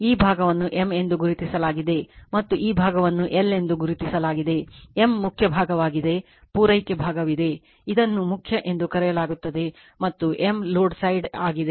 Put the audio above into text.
ಈ ಭಾಗವನ್ನು M ಎಂದು ಗುರುತಿಸಲಾಗಿದೆ ಮತ್ತು ಈ ಭಾಗವನ್ನು L ಎಂದು ಗುರುತಿಸಲಾಗಿದೆ M ಮುಖ್ಯ ಭಾಗವಾಗಿದೆ ಪೂರೈಕೆ ಭಾಗವಿದೆ ಇದನ್ನು ಮುಖ್ಯ ಎಂದು ಕರೆಯಲಾಗುತ್ತದೆ ಮತ್ತು M ಲೋಡ್ ಸೈಡ್ ಆಗಿದೆ